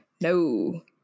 No